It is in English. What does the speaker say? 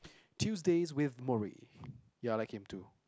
Tuesdays with Morrie ya I like him too